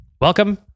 Welcome